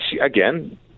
again